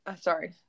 sorry